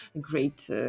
great